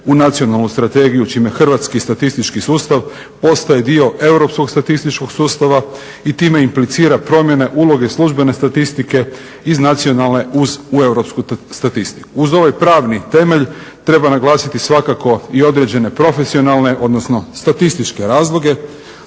u nacionalnu strategiju čime hrvatski statistički sustav postaje dio europskog statističkog sustava i time implicira promjene uloge službene statistike iz nacionalne u europsku statistiku. Uz ovaj pravni temelj treba naglasiti svakako i određene profesionalne, odnosno statističke razloge.